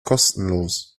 kostenlos